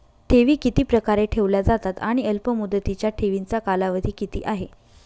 ठेवी किती प्रकारे ठेवल्या जातात आणि अल्पमुदतीच्या ठेवीचा कालावधी किती आहे?